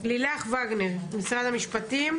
לילך וגנר, משרד המשפטים.